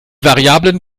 variablen